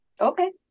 Okay